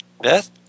Beth